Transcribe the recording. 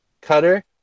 cutter